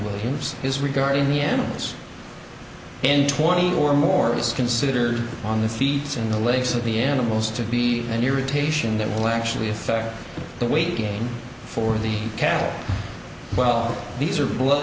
williams is regarding the animals in twenty or more is considered on the feet in the legs of the animals to be an irritation that will actually affect the weight gain for the cat well these are blood